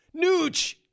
Nooch